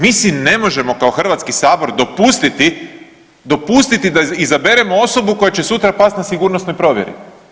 Mi si ne možemo kao Hrvatski sabor dopustiti, dopustiti da izaberemo osobu koja će sutra pasti na sigurnosnoj provjeri.